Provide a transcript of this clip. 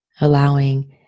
Allowing